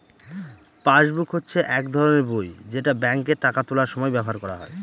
passbook হচ্ছে এক ধরনের বই যেটা ব্যাঙ্কে টাকা তোলার সময় ব্যবহার করা হয়